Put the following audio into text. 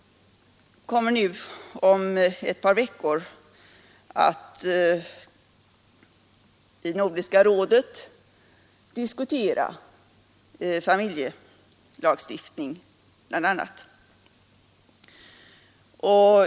Om ett par veckor kommer vi i Nordiska rådet att diskutera bl, a. familjelagstiftning.